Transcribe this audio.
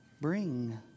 bring